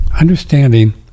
understanding